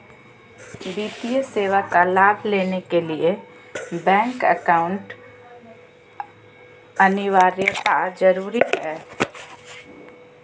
वित्तीय सेवा का लाभ लेने के लिए बैंक अकाउंट अनिवार्यता जरूरी है?